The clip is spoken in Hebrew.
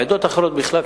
העדות האחרות בכלל,